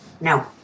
No